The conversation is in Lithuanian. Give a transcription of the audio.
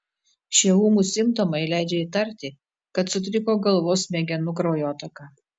šie ūmūs simptomai leidžia įtarti kad sutriko galvos smegenų kraujotaka